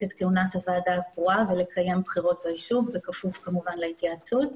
את כהונת הוועדה הקרואה ולקיים בחירות בישוב בכפוף כמובן להתייעצות.